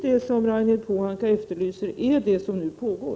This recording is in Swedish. Det som Ragnhild Pohanka efterlyser är precis det som nu sker.